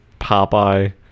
Popeye